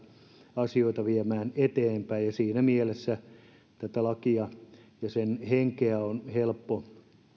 asioita viemään eteenpäin ja siinä mielessä tätä lakia ja sen henkeä on helppo